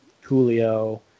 Julio